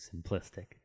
simplistic